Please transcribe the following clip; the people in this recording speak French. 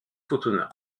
futuna